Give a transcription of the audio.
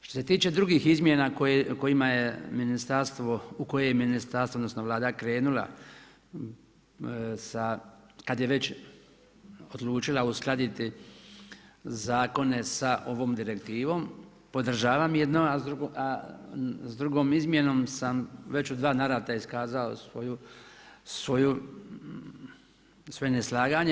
Što se tiče drugih izmjena kojima je ministarstvo, u koje je ministarstvo odnosno Vlada krenula kad je već odlučila uskladiti zakone sa ovom direktivom podržavam jedno, a s drugom izmjenom sam već u dva navrata iskazao svoje neslaganje.